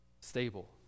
stable